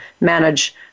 manage